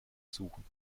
suchen